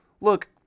Look